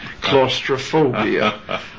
claustrophobia